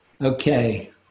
Okay